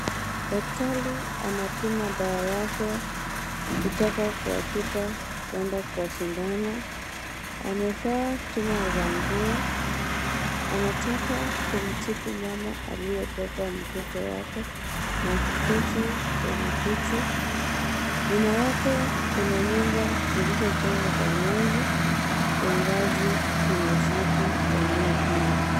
Daktari anapima dawa yake kutoka kwa chupa kwenda kwa sindano. Amevaa chua la nguo anataka kumtibu mama aliyebeba mtoto wake na kuketi kwenye kiti. Nyuma yake kuna nyumba zilizojengwa kwa nyasi. Kiangazi kimezidi eneo hili.